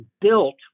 built